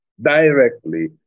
Directly